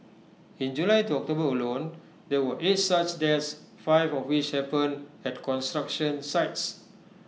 in July to October alone there were eight such deaths five of which happened at construction sites